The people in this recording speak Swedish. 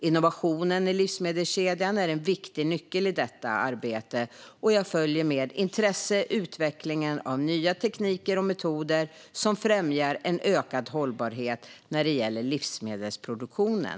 Innovationen i livsmedelskedjan är en viktig nyckel i detta arbete, och jag följer med intresse utvecklingen av nya tekniker och metoder som främjar en ökad hållbarhet när det gäller livsmedelsproduktionen.